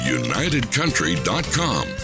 unitedcountry.com